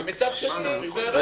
ומצד שני -- לא,